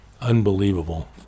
Unbelievable